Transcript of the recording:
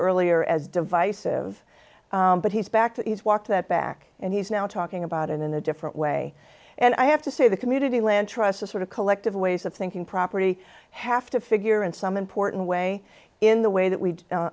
earlier as divisive but he's back to walk that back and he's now talking about it in a different way and i have to say the community land trust a sort of collective ways of thinking property have to figure in some important way in the way that we